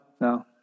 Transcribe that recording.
no